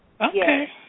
Okay